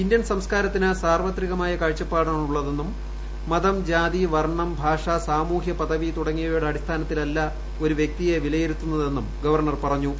Indian സംസ്കാരത്തിന് സാർവത്രികമായ കാഴ്ചപ്പാടാണുള്ളതെന്നും മതം ജാതി വർണം ഭാഷ സാമൂഹ്യ പദവി തുടങ്ങിയവയുടെ അടിസ്ഥാനത്തിലല്ല ഒരു വ്യക്തിയെ വിലയിരുത്തുന്നതെന്നും ഗവർണർ പറഞ്ഞു